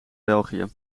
belgië